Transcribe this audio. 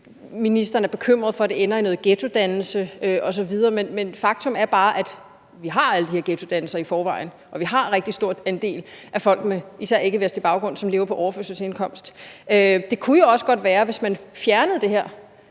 ministeren er bekymret for, at det ender i noget ghettodannelse osv. Men faktum er bare, at vi har alle de her ghettodannelser i forvejen, og at vi har en rigtig stor andel af folk med især ikkevestlig baggrund, som lever på overførselsindkomst. Det kunne jo også godt være, hvis man fjernede det her